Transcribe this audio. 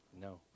No